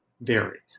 varies